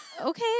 Okay